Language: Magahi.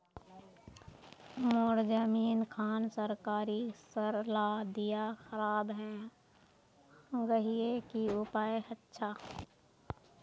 मोर जमीन खान सरकारी सरला दीया खराब है गहिये की उपाय अच्छा?